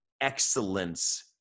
excellence